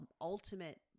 ultimate